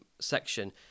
section